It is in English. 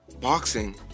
boxing